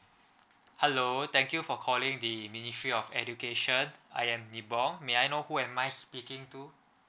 hello thank you for calling the ministry of education I am debong may I know who am I speaking to